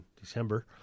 December